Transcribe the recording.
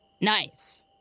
Nice